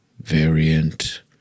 variant